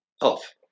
off